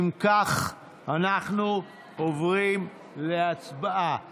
אם כך, אנחנו עוברים להצבעה.